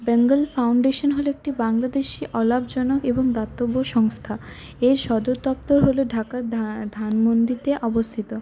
Bengal foundation হল একটি বাংলাদেশি অলাভজনক এবং দাতব্য সংস্থা এর সদর দপ্তর হল ঢাকার ধানমন্ডিতে অবস্থিত